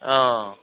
ओ